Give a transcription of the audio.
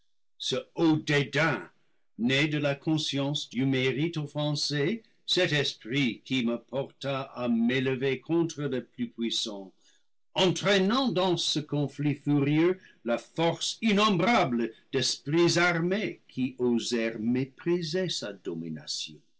ce haut dédain né de la conscience du mérite offensé cet esprit qui me porta à m'élever contre le plus puissant entraînant dans ce conflit furieux la force innombrable d'esprits armés qui osèrent mépriser sa